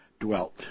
dwelt